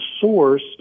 source